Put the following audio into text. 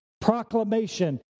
proclamation